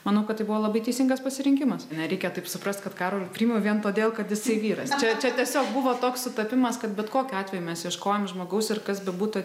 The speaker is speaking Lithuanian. manau kad tai buvo labai teisingas pasirinkimas nereikia taip suprast kad karolį priėmiau vien todėl kad jisai vyras čia tiesiog buvo toks sutapimas kad bet kokiu atveju mes ieškojom žmogaus ir kas bebūtų